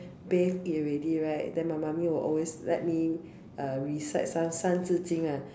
bathe eat already right then my mommy will also let me uh recite some 三字经: san zhi jing lah